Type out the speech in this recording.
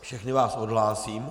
Všechny vás odhlásím.